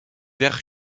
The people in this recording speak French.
vers